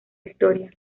historia